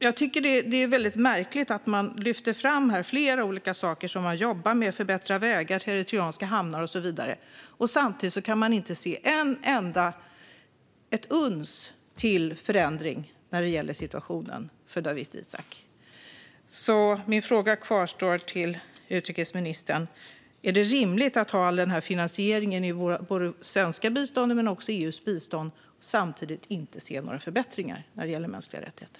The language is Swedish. Jag tycker att det är märkligt att man lyfter fram flera olika saker som man jobbar med - att förbättra vägar till eritreanska hamnar och så vidare - samtidigt som vi inte kan se ett enda uns av förändring när det gäller situationen för Dawit Isaak. Min fråga till utrikesministern kvarstår: Är det rimligt att vi har all denna finansiering i det svenska biståndet men också i EU:s bistånd samtidigt som vi inte ser några förbättringar när det gäller mänskliga rättigheter?